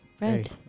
red